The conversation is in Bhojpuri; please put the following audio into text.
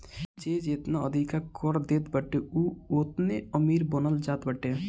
जे जेतना अधिका कर देत बाटे उ ओतने अमीर मानल जात बाटे